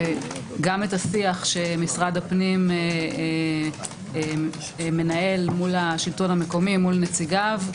וגם את השיח שמשרד הפנים מנהל מול השלטון המקומי מול נציגיו.